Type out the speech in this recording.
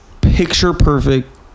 picture-perfect